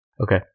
okay